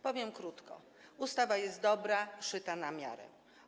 Powiem krótko: ustawa jest dobra, szyta na miarę.